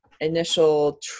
initial